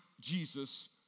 Jesus